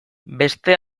beste